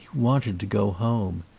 wanted to go home.